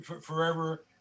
forever